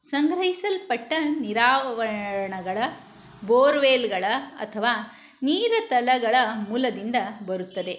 ಸಂಗ್ರಹಿಸಲ್ಪಟ್ಟ ನೀರಾವರಣಗಳ ಬೋರ್ವೇಲ್ಗಳ ಅಥವಾ ನೀರು ತಳಗಳ ಮೂಲದಿಂದ ಬರುತ್ತದೆ